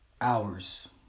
Hours